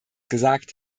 gesagt